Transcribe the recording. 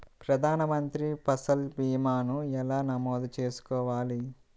ప్రధాన మంత్రి పసల్ భీమాను ఎలా నమోదు చేసుకోవాలి?